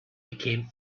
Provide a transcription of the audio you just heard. became